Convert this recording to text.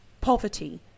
poverty